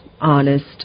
honest